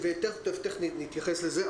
תכף נתייחס לזה,